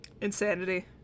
Insanity